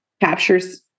Captures